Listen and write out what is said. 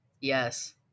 Yes